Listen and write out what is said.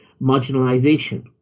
marginalization